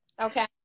okay